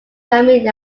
carmine